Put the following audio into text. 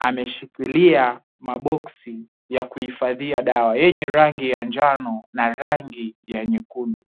ameshikilia maboxi ya kuhifadhia dawa yenye rangi ya njano na rangi ya nyekundu.